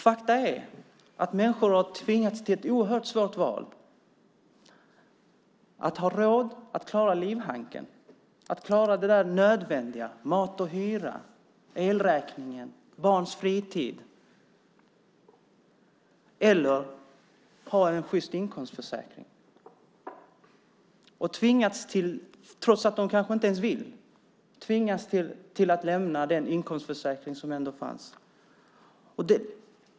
Faktum är att människor har tvingats till ett oerhört svårt val mellan att antingen klara livhanken och det nödvändiga som mat och hyra, elräkning, barns fritid eller att ha en sjyst inkomstförsäkring. De har, trots att de kanske inte vill, tvingats att lämna den inkomstförsäkring som fanns.